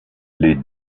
les